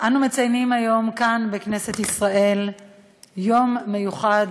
אנו מציינים היום כאן בכנסת ישראל יום מיוחד